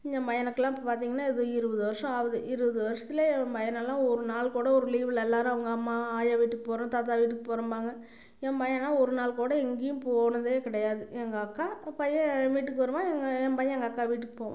என் பையனுக்குலாம் இப்போ பார்த்தீங்கன்னா இதோ இருபது வருடம் ஆகுது இருபது வருடத்துல எம் பையனல்லாம் ஒரு நாள் கூட ஒரு லீவில் எல்லோரும் அவங்க அம்மா ஆயா வீட்டுக்கு போகிறோம் தாத்தா வீட்டுக்கு போகிறோம்பாங்க என் பையன்லாம் ஒரு நாள் கூட எங்கேயும் போனதே கிடையாது எங்கள் அக்கா பையன் என் வீட்டுக்கு வருவான் எங்கள் என் பையன் எங்கள் அக்கா வீட்டுக்கு போவான்